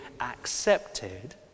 accepted